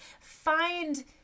find